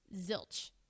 zilch